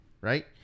Right